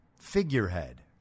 figurehead